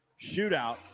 shootout